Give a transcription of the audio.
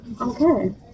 Okay